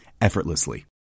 effortlessly